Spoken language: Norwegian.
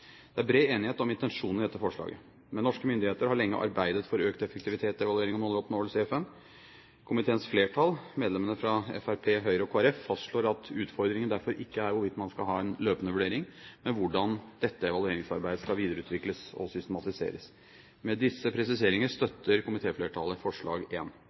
Det er bred enighet om intensjonen i dette forslaget, men norske myndigheter har lenge arbeidet for økt effektivitet, evaluering og måloppnåelse i FN. Komiteens flertall, medlemmene fra Fremskrittspartiet, Høyre og Kristelig Folkeparti, fastslår at utfordringen derfor ikke er hvorvidt man skal ha en løpende vurdering, men hvordan dette evalueringsarbeidet skal videreutvikles og systematiseres. Med disse presiseringer støtter komitéflertallet forslag